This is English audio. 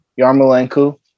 Yarmolenko